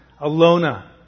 Alona